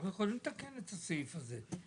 אנחנו יכולים לתקן את הסעיף הזה,